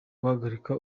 guhagarika